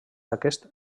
aquest